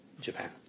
Japan